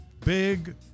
big